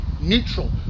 neutral